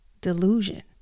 delusion